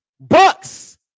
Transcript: Bucks